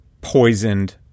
poisoned